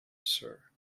sir